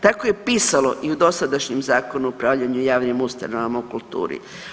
Tako je pisalo i u dosadašnjem Zakonu o upravljanju javnim ustanovama u kulturi.